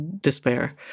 despair